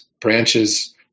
branches